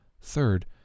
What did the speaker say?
third